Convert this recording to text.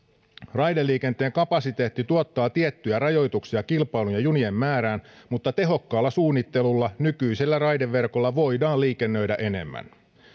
raideliikenteen kapasiteetti tuottaa tiettyjä rajoituksia kilpailuun ja junien määrään mutta tehokkaalla suunnittelulla nykyisellä raideverkolla voidaan liikennöidä enemmän